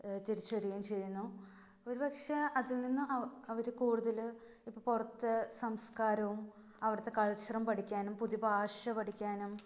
തിരിച്ചുവരികയും ചെയ്യുന്നു ഒരുപക്ഷേ അതിൽനിന്ന് അവര് കൂടുതല് ഇപ്പോള് പുറത്തെ സംസ്ക്കാരവും അവിടത്തെ കൾച്ചറും പഠിക്കാനും പുതിയ ഭാഷ പഠിക്കാനും